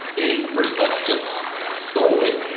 they pretty much just stole it,